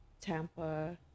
Tampa